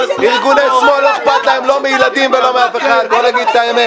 ארגוני שמאל לא אכפת להם לא מילדים ולא מאף אחד בואו נגיד את האמת.